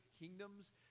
kingdoms